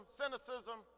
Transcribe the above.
cynicism